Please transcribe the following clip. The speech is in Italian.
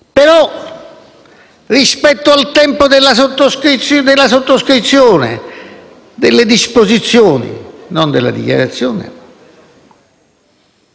però al tempo della sottoscrizione delle disposizioni - non della dichiarazione